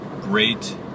great